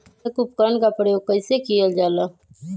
किटनाशक उपकरन का प्रयोग कइसे कियल जाल?